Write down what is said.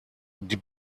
die